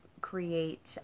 create